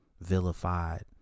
vilified